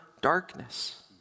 darkness